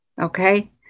Okay